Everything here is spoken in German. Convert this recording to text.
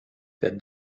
der